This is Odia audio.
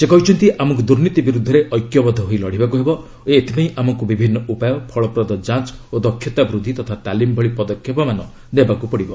ସେ କହିଛନ୍ତି ଆମକୁ ଦୁର୍ନୀତି ବିରୁଦ୍ଧରେ ଐକ୍ୟବଦ୍ଧ ହୋଇ ଲଢ଼ିବାକୁ ହେବ ଓ ଏଥିପାଇଁ ଆମକୁ ବିଭିନ୍ନ ଉପାୟ ଫଳପ୍ରଦ ଯାଞ୍ଚ୍ ଓ ଦକ୍ଷତା ବୃଦ୍ଧି ତଥା ତାଲିମ୍ ଭଳି ପଦକ୍ଷେପମାନ ନେବାକୁ ପଡ଼ିବ